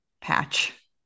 patch